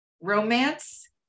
romance